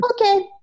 okay